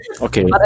Okay